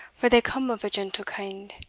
for they come of a gentle kind.